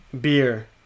Beer